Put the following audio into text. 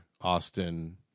Austin